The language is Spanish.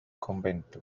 convento